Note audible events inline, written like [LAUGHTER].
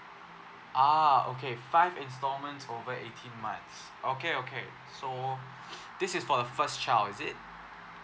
ah okay five installments over eighteen months okay okay so [BREATH] this is for the first child is it